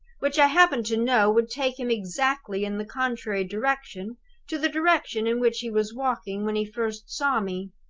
which i happen to know would take him exactly in the contrary direction to the direction in which he was walking when he first saw me.